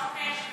אוקיי.